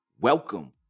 Welcome